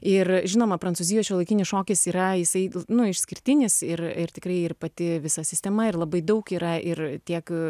ir žinoma prancūzijoj šiuolaikinis šokis yra jisai nu išskirtinis ir ir tikrai ir pati visa sistema ir labai daug yra ir tiek